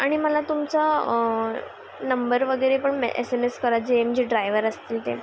आणि मला तुमचा नंबर वगैरे पण एसएमएस करा जेम जे ड्रायवर असते ते